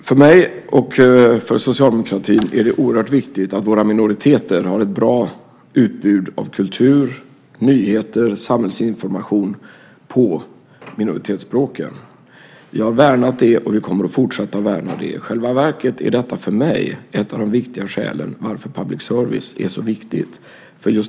Herr talman! För mig och för Socialdemokraterna är det oerhört viktigt att våra minoriteter har ett bra utbud av kultur, nyheter och samhällsinformation på minoritetsspråken. Vi har värnat det, och vi kommer att fortsätta att värna det. I själva verket är detta för mig ett av de viktiga skälen till att public service är så viktigt.